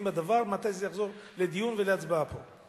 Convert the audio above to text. בדבר מתי זה יחזור לדיון ולהצבעה פה.